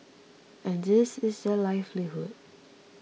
and this is their livelihood